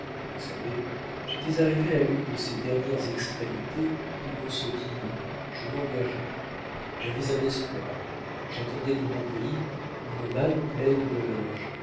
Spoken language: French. vous savez j'étais arrivé à l'une de ces dernières extrémités où l'on se dit je m'engagerai j'avais un espoir j'attendais de mon pays une malle pleine de linge